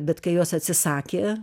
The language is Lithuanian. bet kai jos atsisakė